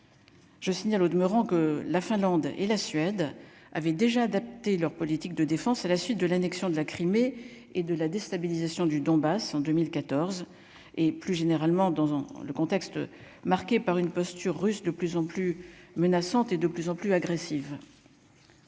je signale au demeurant que la Finlande et la Suède avait déjà adapté leur politique de défense, à la suite de l'annexion de la Crimée et de la déstabilisation du Donbass en 2014 et plus généralement dans le contexte marqué par une posture russe, de plus en plus menaçante et de plus en plus agressive,